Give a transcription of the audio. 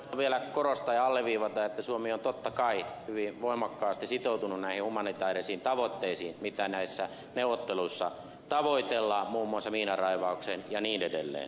vielä korostan ja alleviivaan että suomi on totta kai hyvin voimakkaasti sitoutunut näihin humanitäärisiin tavoitteisiin mitä näissä neuvotteluissa tavoitellaan muun muassa miinanraivaukseen ja niin edelleen